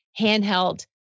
handheld